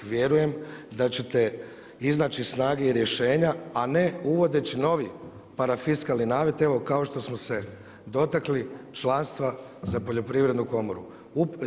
Vjerujem da ćete iznaći snage i rješenja, a ne uvodeći novi parafiskalni namet evo kao što smo se dotakli članstva za Poljoprivrednu komoru.